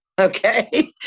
okay